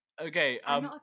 Okay